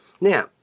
Now